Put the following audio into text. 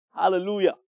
Hallelujah